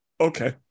okay